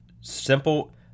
simple